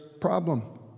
problem